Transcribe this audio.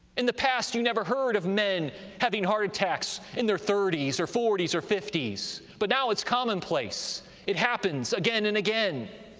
in the past you never heard of men having heart attacks in their thirties or forties or fifties, but now it's commonplace it happens again and again.